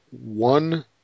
one